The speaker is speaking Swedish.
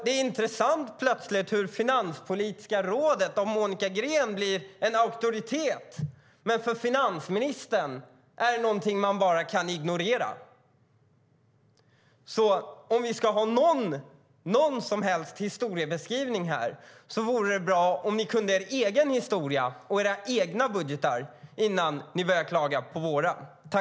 Det är intressant att Finanspolitiska rådet är en auktoritet för Monica Green när det för finansministern är något man bara kan ignorera. Ska vi ägna oss åt historiebeskrivning vore det bra om ni kunde er egen historia och era egna budgetar innan ni börjar klaga på våra.